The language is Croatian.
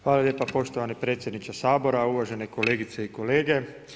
Hvala lijepa poštovani predsjedniče Sabora, uvažene kolegice i kolege.